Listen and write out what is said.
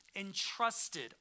entrusted